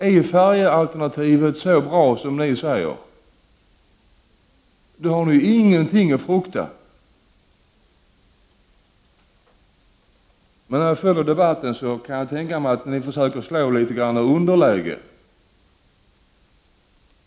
Är färjealternativet så bra som ni säger, då har ni ju ingenting att frukta. När jag följer debatten kan jag tänka mig att ni på något sätt försöker slå ur underläge.